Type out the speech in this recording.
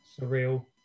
surreal